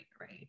right